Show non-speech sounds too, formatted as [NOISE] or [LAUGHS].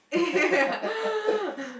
eh [LAUGHS]